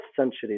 century